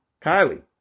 kylie